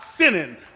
sinning